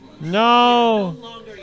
No